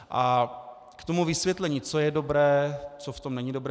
A k tomu vysvětlení, co je dobré, co v tom není dobré.